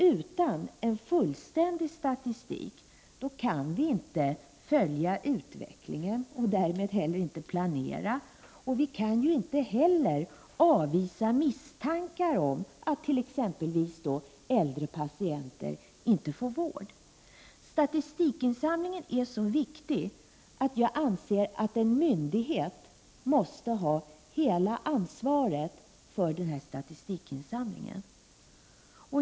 Utan fullständig statistik kan vi inte följa utvecklingen, inte planera och inte heller avvisa misstankar om att t.ex. äldre patienter inte får vård. Statistikinsamlingen är så viktig att en myndighet måste ha det fulla ansvaret för den.